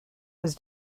was